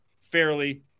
fairly